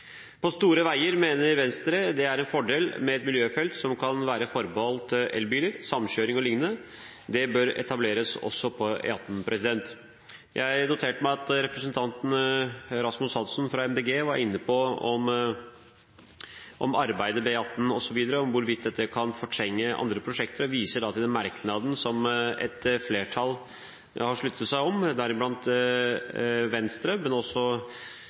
På store veier mener Venstre at det er en fordel med et miljøfelt som kan være forbeholdt elbiler, samkjøring o.l., og det bør etableres også på E18. Jeg noterte meg at representanten Rasmus Hansson fra MDG var inne på om hvorvidt arbeidet med E18 osv. kan fortrenge andre prosjekter og viste til merknaden som et flertall har sluttet seg til, deriblant Venstre, men her er også